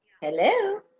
hello